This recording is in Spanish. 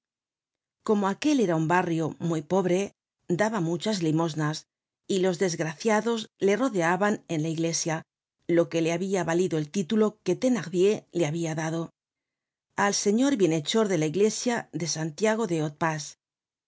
como aquel era un barrio muy pobre daba muchas limosnas y los desgraciados le rodeaban en la iglesia lo que le habia valido el título que thenardier le habia dado al se ñor bienhechor de la iglesia de santiago de